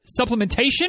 supplementation